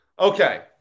Okay